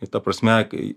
ir ta prasme kai